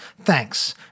Thanks